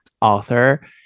author